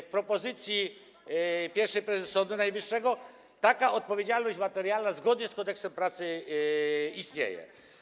W propozycji pierwszej prezes Sądu Najwyższego taka odpowiedzialność materialna zgodnie z Kodeksem pracy istnieje.